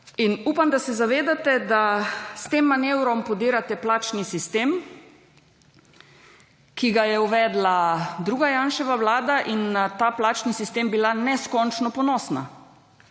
Upam, da se zavedate, da s tem manevrom podirate plačni sistem, ki ga je uvedla druga Janševa vlada in nad ta plačni sistem bila neskončno ponosna.